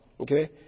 Okay